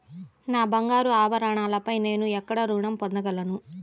నా బంగారు ఆభరణాలపై నేను ఎక్కడ రుణం పొందగలను?